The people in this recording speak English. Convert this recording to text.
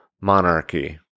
monarchy